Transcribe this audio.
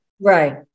Right